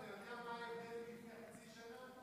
אתה יודע מה ההבדל מלפני חצי שנה?